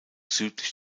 südlich